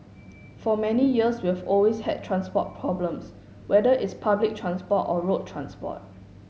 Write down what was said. for many years we've always had transport problems whether it's public transport or road transport